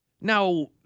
Now